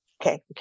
Okay